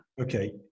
Okay